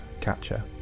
Catcher